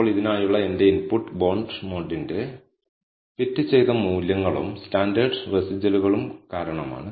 ഇപ്പോൾ ഇതിനായുള്ള എന്റെ ഇൻപുട്ട് ബോണ്ട് മോഡലിന്റെ ഫിറ്റ് ചെയ്ത മൂല്യങ്ങളും സ്റ്റാൻഡേർഡ് റെസിജ്വലുകളും കാരണമാണ്